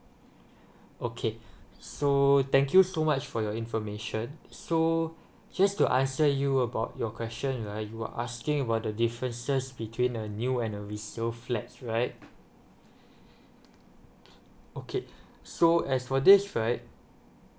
okay so thank you so much for your information so just to answer you about your question right you were asking about the differences between a new when a resale flats right okay so as for this right